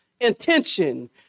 intention